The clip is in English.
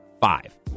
five